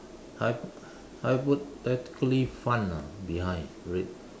hyp~ hypothetically fun ah behind read